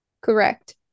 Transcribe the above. Correct